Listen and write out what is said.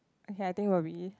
okay I think will be